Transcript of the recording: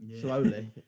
slowly